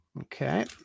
Okay